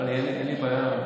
אין לי בעיה,